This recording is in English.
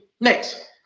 next